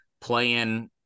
playing